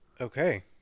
Okay